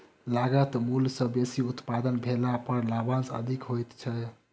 लागत मूल्य सॅ बेसी उत्पादन भेला पर लाभांश अधिक होइत छै